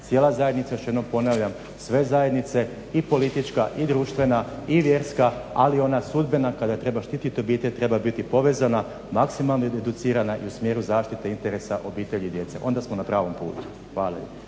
cijela zajednica, još jednom ponavljam, sve zajednice, i politička i društvena i vjerska, ali i ona sudbena kada treba štiti obitelj, treba biti povezana, maksimalno educirana i u smjeru zaštite i interesa obitelji i djece. Onda smo na pravom putu. Hvala